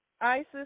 Isis